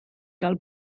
gael